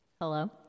Hello